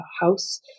house